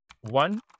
One